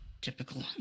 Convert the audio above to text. Typical